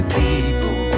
people